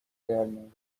реальной